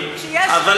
אידיאולוגי,